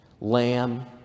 lamb